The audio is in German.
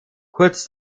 kurz